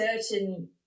certain